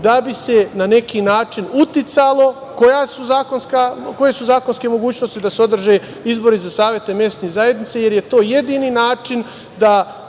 da bi se na neki način uticalo? Koje su zakonske mogućnosti da se održe izbori za savete mesnih zajednica, jer je to jedini način da